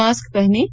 mask पहनें